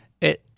it